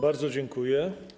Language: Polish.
Bardzo dziękuję.